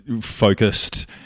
focused